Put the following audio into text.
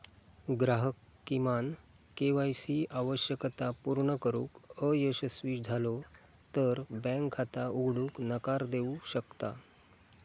ग्राहक किमान K Y C आवश्यकता पूर्ण करुक अयशस्वी झालो तर बँक खाता उघडूक नकार देऊ शकता